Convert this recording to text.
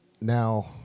now